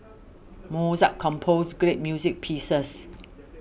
Mozart composed great music pieces